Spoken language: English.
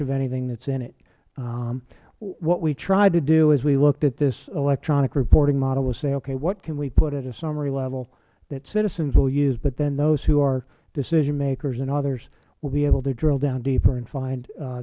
of anything that is in it what we tried to do as we looked at this electronic reporting model is say okay what can we put at a summary level that citizens will use but then those who are decision makers and others will be able to drill down deeper and